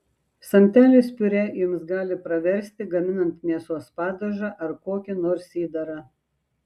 samtelis piurė jums gali praversti gaminant mėsos padažą ar kokį nors įdarą